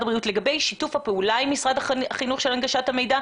הבריאות לגבי שיתוף הפעולה עם משרד החינוך בנושא הנגשת המידע?